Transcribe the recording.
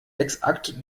exakt